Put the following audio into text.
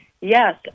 yes